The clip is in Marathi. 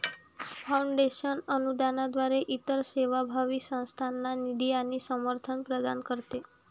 फाउंडेशन अनुदानाद्वारे इतर सेवाभावी संस्थांना निधी आणि समर्थन प्रदान करते